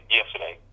Yesterday